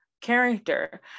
character